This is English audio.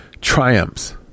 Triumphs